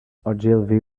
ogilvy